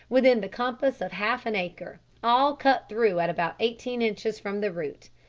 within the compass of half an acre, all cut through at about eighteen inches from the root.